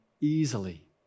easily